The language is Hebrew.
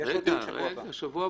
מה?